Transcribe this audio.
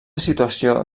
situació